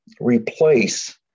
replace